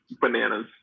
bananas